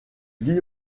vit